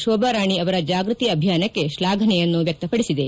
ಶೋಭಾ ರಾಣಿ ಅವರ ಜಾಗೃತಿ ಅಭಿಯಾನಕ್ಕೆ ಶ್ಲಾಘನೆಯನ್ನು ವ್ಯಕ್ತಪಡಿಸಿದೆ